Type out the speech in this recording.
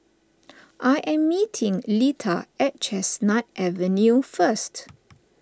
I am meeting Leitha at Chestnut Avenue first